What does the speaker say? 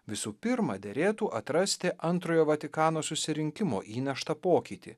visų pirma derėtų atrasti antrojo vatikano susirinkimo įneštą pokytį